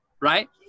Right